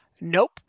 Nope